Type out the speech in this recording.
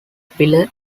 pillar